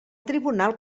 tribunal